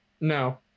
No